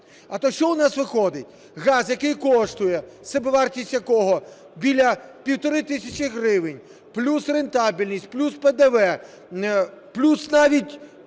А то що в нас виходить: газ, який коштує, собівартість якого біля 1,5 тисячі гривень, плюс рентабельність, плюс ПДВ, плюс навіть